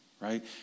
Right